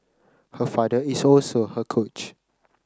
her father is also her coach